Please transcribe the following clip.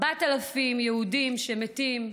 4,000 יהודים שמתים במדבר,